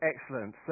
Excellent